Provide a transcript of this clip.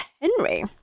Henry